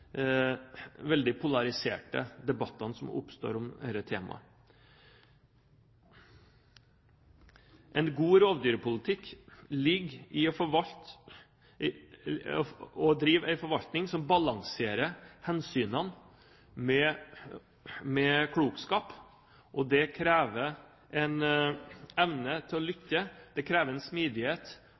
veldig polariserte debattene som oppstår om dette temaet. En god rovdyrpolitikk ligger i å drive en forvaltning som balanserer hensynene med klokskap. Det krever evne til å lytte, det krever smidighet,